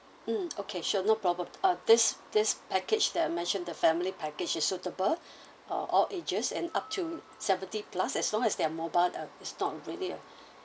mm okay sure no problem uh this this package that I mentioned the family package is suitable uh all ages and up to seventy plus as long as their mobile uh it's not really a